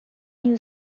new